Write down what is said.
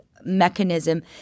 mechanism